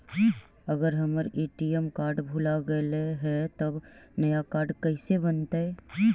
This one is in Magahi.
अगर हमर ए.टी.एम कार्ड भुला गैलै हे तब नया काड कइसे बनतै?